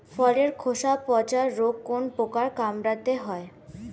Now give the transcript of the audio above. ফলের খোসা পচা রোগ কোন পোকার কামড়ে হয়?